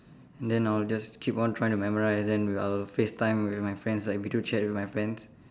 then I'll just keep on trying to memorise then I'll FaceTime with my friends like video chat with my friends